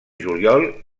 juliol